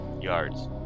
Yards